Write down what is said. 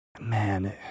Man